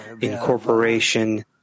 incorporation